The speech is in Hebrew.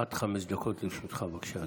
עד חמש דקות לרשותך, בבקשה.